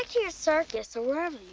your circus or wherever